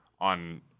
on